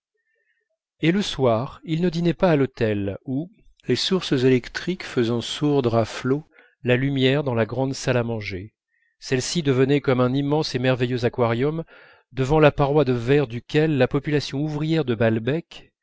et le soir ils ne dînaient pas à l'hôtel où les sources électriques faisant sourdre à flots la lumière dans la grande salle à manger celle-ci devenait comme un immense et merveilleux aquarium devant la paroi de verre duquel la population ouvrière de balbec